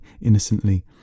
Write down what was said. innocently